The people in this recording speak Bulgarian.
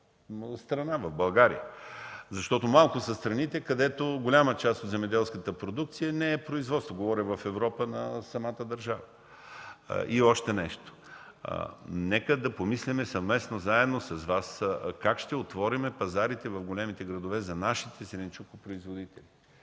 страна, в България. Защото малко са страните, където голяма част от земеделската продукция не е производство – говоря в Европа, на самата държава. И още нещо. Нека да помислим заедно с Вас как ще отворим пазарите в големите градове за нашите зеленчукопроизводители,